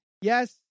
Yes